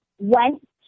went